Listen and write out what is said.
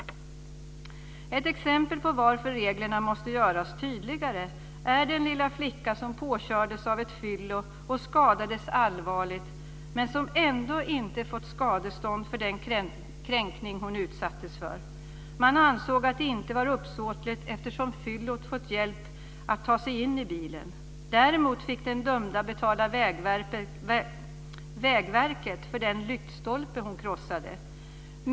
Ett exempel på varför reglerna måste göras tydligare är den lilla flicka som påkördes av ett fyllo och skadades allvarligt, men som ändå inte har fått skadestånd för den kränkning som hon utsattes för. Man ansåg att det inte var uppsåtligt, eftersom fyllot fått hjälp att ta sig in i bilen. Däremot fick den dömda betala Vägverket för den lyktstolpe hon krossade.